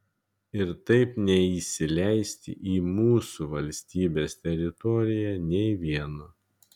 ir taip neįsileisti į mūsų valstybės teritoriją nė vieno